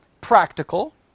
practical